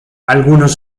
algunos